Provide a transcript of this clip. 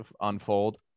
unfold